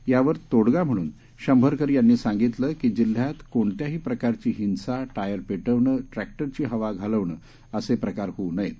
यावरतोडगाम्हणूनशंभरकरयांनीसांगितलंकी जिल्ह्यातकोणत्याहीप्रकारचीहिंसा टायरपेटवणं ट्रॅक्टरचीहवाघालवणंअसेप्रकारहोऊनयेत